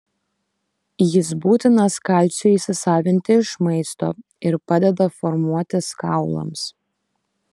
jis būtinas kalciui įsisavinti iš maisto ir padeda formuotis kaulams